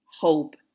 hope